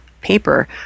paper